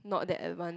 not that advance